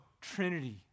Trinity